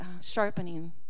sharpening